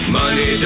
money